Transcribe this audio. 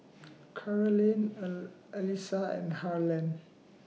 Carolann Allyssa and Harland